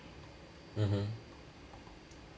mmhmm